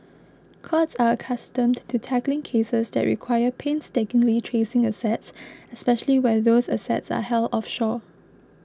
courts are accustomed to tackling cases that require painstakingly tracing assets especially where those assets are held offshore